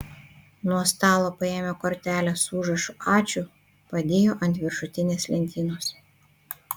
nuo stalo paėmė kortelę su užrašu ačiū padėjo ant viršutinės lentynos